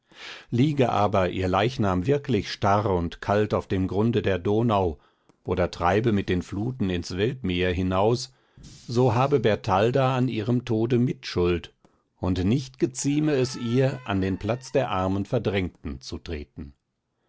liege aber ihr leichnam wirklich starr und kalt auf dem grunde der donau oder treibe mit den fluten ins weltmeer hinaus so habe bertalda an ihrem tode mit schuld und nicht gezieme es ihr an den platz der armen verdrängten zu treten